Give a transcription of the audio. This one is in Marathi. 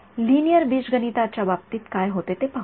लिनिअर बीजगणिताच्या बाबतीत काय होते ते पाहूया